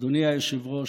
אדוני היושב-ראש,